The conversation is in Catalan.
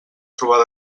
trobar